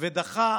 ודחה